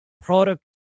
product